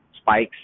spikes